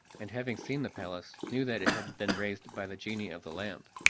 and having seen the palace knew that it had been raised by the genie of the lamp,